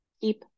keep